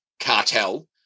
cartel